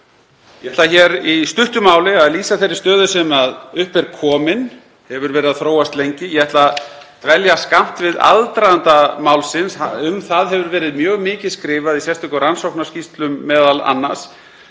Ég ætla hér í stuttu máli að lýsa þeirri stöðu sem upp er komin, sem hefur verið að þróast lengi. Ég ætla að dvelja skammt við aðdraganda málsins. Um það hefur verið mjög mikið skrifað m.a. í sérstökum rannsóknarskýrslum. Ég mun